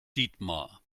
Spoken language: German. dietmar